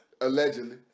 Allegedly